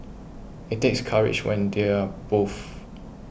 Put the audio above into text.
it takes courage when they are both